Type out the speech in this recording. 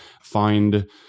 Find